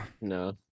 No